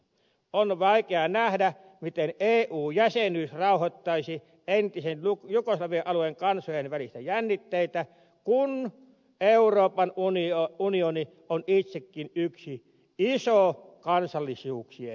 on vaikea nähdä miten eu jäsenyys rauhoittaisi entisen jugoslavian alueen kansojen välisiä jännitteitä kun euroopan unioni on itsekin yksi iso kansallisuuksien jännite